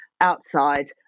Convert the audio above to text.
outside